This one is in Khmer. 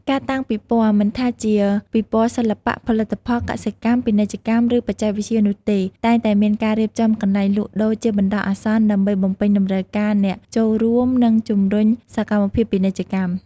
ការតាំងពិព័រណ៍ មិនថាជាពិព័រណ៍សិល្បៈ ផលិតផល កសិកម្ម ពាណិជ្ជកម្ម ឬបច្ចេកវិទ្យានោះទេ តែងតែមានការរៀបចំកន្លែងលក់ដូរជាបណ្ដោះអាសន្ន ដើម្បីបំពេញតម្រូវការអ្នកចូលរួម និងជំរុញសកម្មភាពពាណិជ្ជកម្ម។